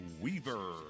Weaver